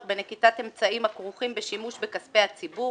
בנקיטת אמצעים הכרוכים בשימוש בכספי הציבור,